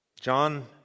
John